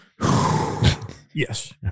Yes